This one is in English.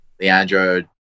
Leandro